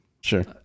Sure